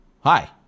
Hi